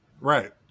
Right